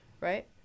right